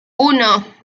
uno